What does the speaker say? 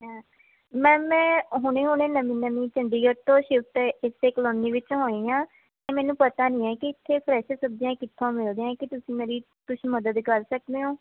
ma'am ਮੈਂ ਹੁਣੇ ਹੁਣੇ ਨਵੀਂ ਨਵੀਂ ਚੰਡੀਗੜ੍ਹ ਤੋਂ ਸੀਫਟ ਇੱਥੇ ਕਲੋਨੀ ਵਿੱਚ ਹੋਈ ਹਾਂ ਅਤੇ ਮੈਨੂੰ ਪਤਾ ਨਹੀਂ ਹੈ ਕਿ ਇੱਥੇ ਫਰੈਸ਼ ਸਬਜੀਆਂ ਕਿੱਥੋਂ ਮਿਲਦੀਆਂ ਕੀ ਤੁਸੀਂ ਮੇਰੀ ਕੁਛ ਮਦਦ ਕਰ ਸਕਦੇ ਹੋ